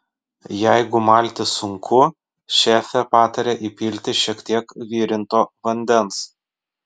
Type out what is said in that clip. jeigu malti sunku šefė pataria įpilti šie tiek virinto vandens